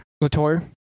Latour